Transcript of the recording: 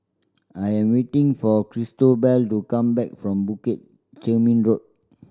I am waiting for Cristobal to come back from Bukit Chermin Road